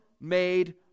made